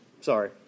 Sorry